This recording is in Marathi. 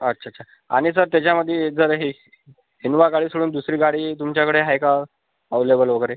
अच्छा अच्छा आणि सर त्याच्यामध्ये जर हे हिन्वा गाडी सोडून दुसरी गाडी तुमच्याकडे आहे का अवलेबल वगैरे